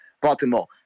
Baltimore